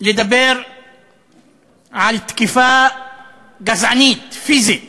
לדבר על תקיפה גזענית פיזית